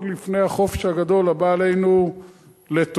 עוד לפני החופש הגדול הבא עלינו לטובה,